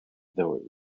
though